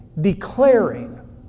declaring